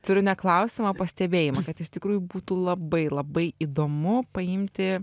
turiu ne klausimą pastebėjimą kad iš tikrųjų būtų labai labai įdomu paimti